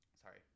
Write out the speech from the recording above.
sorry